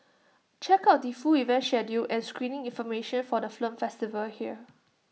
check out the full event schedule and screening information for the film festival here